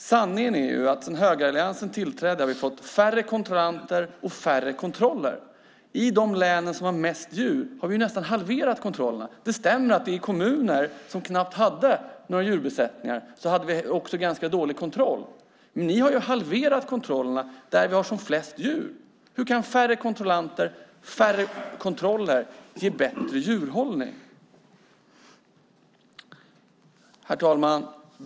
Sanningen är ju att sedan högeralliansen tillträdde har vi fått färre kontrollanter och färre kontroller. I de län som har mest djur har vi nästan halverat kontrollerna. Det stämmer att vi i kommuner som knappt hade några djurbesättningar också hade ganska dålig kontroll, men ni har ju halverat kontrollerna där vi har som flest djur. Hur kan färre kontrollanter, färre kontroller ge bättre djurhållning? Herr talman!